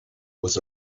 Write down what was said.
was